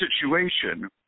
situation